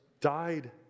died